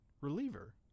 reliever